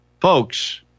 folks